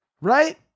Right